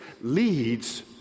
leads